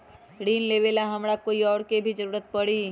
ऋन लेबेला हमरा कोई और के भी जरूरत परी?